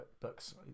books